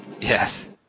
Yes